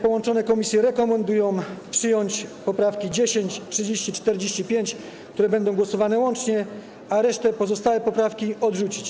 Połączone komisje rekomendują przyjąć poprawki: 10., 30., 45., nad którymi będziemy głosować łącznie, a pozostałe poprawki odrzucić.